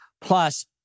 plus